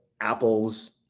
apple's